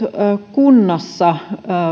kunnassa